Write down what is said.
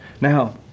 Now